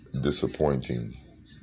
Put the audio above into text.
disappointing